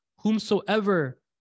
Whomsoever